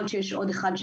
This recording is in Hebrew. יכול להיות שיש עוד אחד,